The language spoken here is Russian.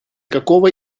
какого